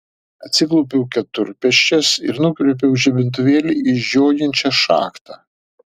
atsiklaupiau keturpėsčias ir nukreipiau žibintuvėlį į žiojinčią šachtą